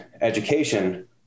education